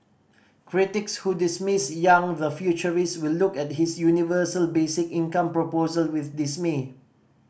critics who dismiss Yang the futurist will look at his universal basic income proposal with dismay